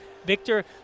Victor